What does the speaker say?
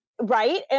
right